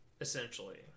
essentially